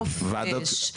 חופש לכולם.